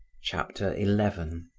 chapter eleven